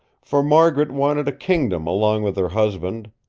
for margaret wanted a kingdom along with her husband,